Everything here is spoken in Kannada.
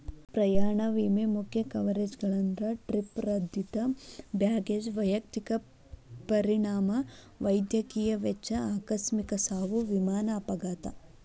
ಪ್ರಯಾಣ ವಿಮೆ ಮುಖ್ಯ ಕವರೇಜ್ಗಳಂದ್ರ ಟ್ರಿಪ್ ರದ್ದತಿ ಬ್ಯಾಗೇಜ್ ವೈಯಕ್ತಿಕ ಪರಿಣಾಮ ವೈದ್ಯಕೇಯ ವೆಚ್ಚ ಆಕಸ್ಮಿಕ ಸಾವು ವಿಮಾನ ಅಪಘಾತ